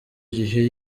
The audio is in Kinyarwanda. gihe